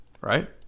right